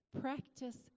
practice